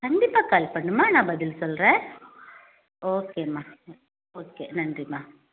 கண்டிப்பாக கால் பண்ணணுமா நான் பதில் சொல்கிறேன் ஓகே மா ஓகே நன்றி மா